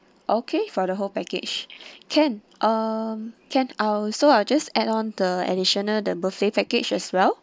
okay for the whole package can um can I'll so I'll just add on the additional the buffet package as well